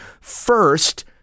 First